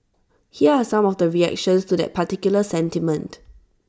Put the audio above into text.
here are some of the reactions to that particular sentiment